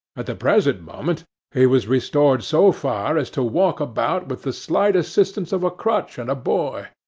at the present moment he was restored so far as to walk about, with the slight assistance of a crutch and a boy.